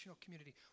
community